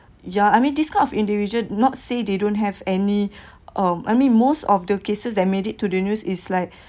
ya I mean this kind of individuals not say they don't have any um I mean most of the cases that made it to the news is like